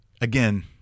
again